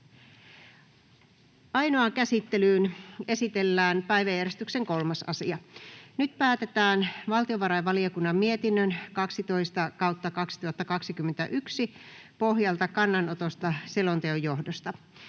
Ainoaan käsittelyyn esitellään päiväjärjestyksen 3. asia. Nyt päätetään valtiovarainvaliokunnan mietinnön VaVM 12/2021 vp pohjalta kannanotosta selonteon johdosta.